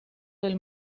del